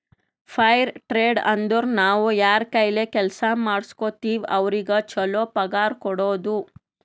fire trade ಅಂದುರ್ ನಾವ್ ಯಾರ್ ಕೈಲೆ ಕೆಲ್ಸಾ ಮಾಡುಸ್ಗೋತಿವ್ ಅವ್ರಿಗ ಛಲೋ ಪಗಾರ್ ಕೊಡೋದು